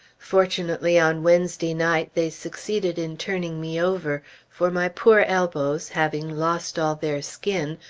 fortunately on wednesday night they succeeded in turning me over for my poor elbows, having lost all their skin,